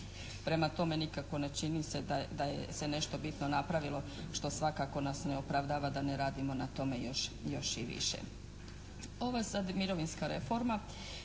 Prema tome nikako ne čini se da se je nešto bitno napravilo što svakako nas ne opravdava da ne radimo na tome još i više. Ovo je sad mirovinska reforma